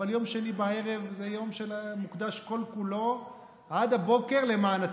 אבל יום שני בערב זה יום שמוקדש כל-כולו עד הבוקר למען הציבור.